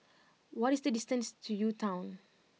what is the distance to U Town